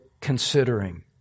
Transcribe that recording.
considering